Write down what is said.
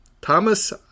Thomas